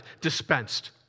dispensed